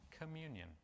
communion